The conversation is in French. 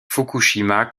fukushima